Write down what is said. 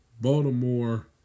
Baltimore